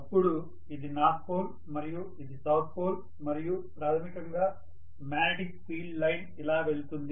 అపుడు ఇది north pole మరియు ఇది సౌత్ పోల్ మరియు ప్రాథమికంగా మాగ్నెటిక్ ఫీల్డ్ లైన్ ఇలా వెళ్తుంది